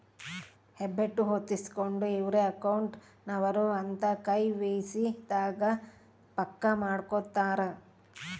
ಹೆಬ್ಬೆಟ್ಟು ಹೊತ್ತಿಸ್ಕೆಂಡು ಇವ್ರೆ ಅಕೌಂಟ್ ನವರು ಅಂತ ಕೆ.ವೈ.ಸಿ ದಾಗ ಪಕ್ಕ ಮಾಡ್ಕೊತರ